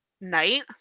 night